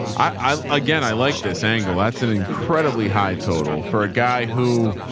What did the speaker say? i, again, i like this angle. that's an incredibly high total for a guy who?